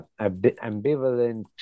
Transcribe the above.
ambivalent